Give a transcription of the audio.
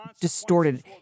distorted